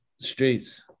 Streets